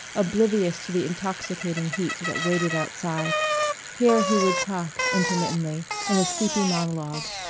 oblivious to the intoxicating heat that waited outside here he would talk, intermittently, in a sleepy monologue,